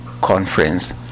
Conference